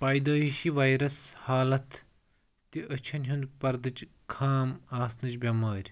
پایدٲیِشی virus حالتھ تہِ أچھَن ہُنٛد پَردٕچہِ خام آسنٕچ بٮ۪مٲرۍ